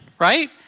Right